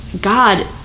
God